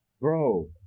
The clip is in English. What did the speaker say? Bro